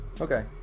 Okay